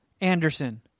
Anderson